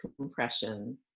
compression